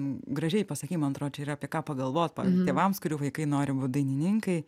gražiai pasakei man atrodo čia yra apie ką pagalvot pavyzdžiui tėvams kurių vaikai nori būt dainininkai